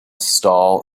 stall